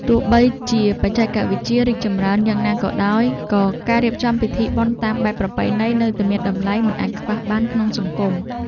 ទោះបីជាបច្ចេកវិទ្យារីកចម្រើនយ៉ាងណាក៏ដោយ ក៏ការរៀបចំពិធីតាមបែបប្រពៃណីនៅតែមានតម្លៃមិនអាចខ្វះបានក្នុងសង្គម។